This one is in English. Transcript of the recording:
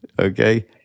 Okay